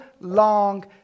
long